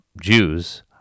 Jews